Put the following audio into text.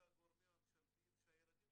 שזה מלווה גם במחקר שהיה גם חלק מהתנאים